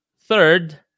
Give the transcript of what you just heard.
third